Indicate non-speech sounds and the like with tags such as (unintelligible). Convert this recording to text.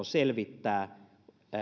(unintelligible) selvittää